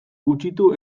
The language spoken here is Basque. gutxitu